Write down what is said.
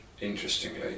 interestingly